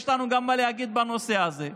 יש לנו מה להגיד בנושא הזה.